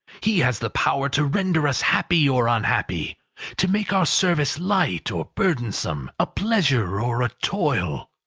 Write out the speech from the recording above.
he has the power to render us happy or unhappy to make our service light or burdensome a pleasure or a toil.